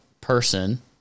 person